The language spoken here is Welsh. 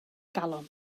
galon